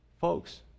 folks